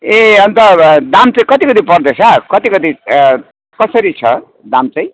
ए अन्त दाम चाहिँ कति कति पर्दैछ कति कति कसरी छ दाम चाहिँ